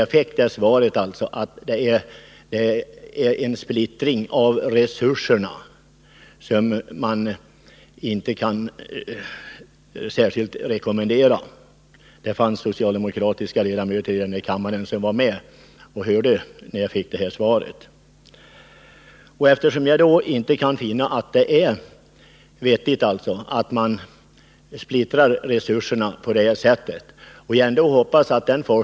Jag fick det svaret att det förekommer en splittring av resurser som inte är särskilt rekommendabel. Flera socialdemokratiska riksdagsledamöter var närvarande när jag fick detta svar. Jag kan inte finna att det är vettigt med en sådan splittring av resurserna på detta område. Speciellt när det är smått om pengar.